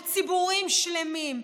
על ציבורים שלמים.